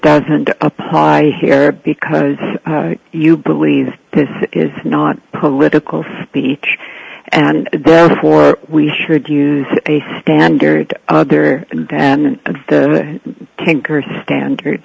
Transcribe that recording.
doesn't apply here because you believe this is not political speech and therefore we should use a standard other than the kink or standard